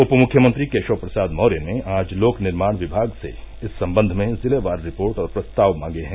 उप मुख्यमंत्री केशव प्रसाद मौर्य ने आज लोक निर्माण विभाग से इस संबंध में जिलेवार रिपोर्ट और प्रस्ताव मांगे हैं